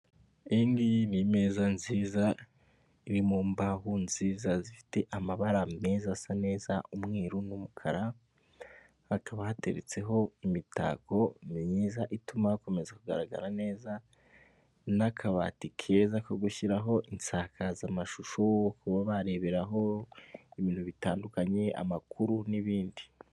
iyingiyi ni imeza nziza iri mu mbaho nziza zifite amabara meza asa neza umweru n'umukara, hakaba hateretseho imitako myiza ituma hakomeza kugaragara neza n'akabati keza ko gushyiraho insakazamashusho kuba bareberaho ibintu bitandukanye, amakuru n'ibindi.